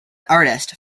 artist